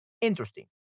Interesting